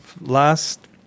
last